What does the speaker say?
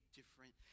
different